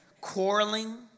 quarreling